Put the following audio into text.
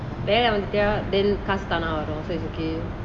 வெல்ல வந்த:vella vantha then காசு தான வரும்:kaasu thaana varum so it's okay